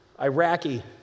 Iraqi